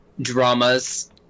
dramas